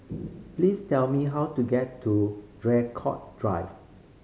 please tell me how to get to Draycott Drive